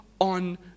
on